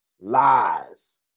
Lies